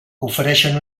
ofereixen